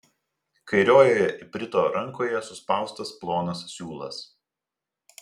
kairiojoje iprito rankoje suspaustas plonas siūlas